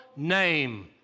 name